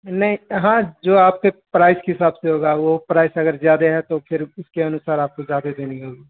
نہیں ہاں جو آپ کے پرائس کے حساب سے ہوگا وہ پرائس اگر زیادہ ہے تو پھر اس کے انوسار آپ کو زیادہ دینی ہوگی